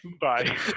Bye